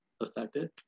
affected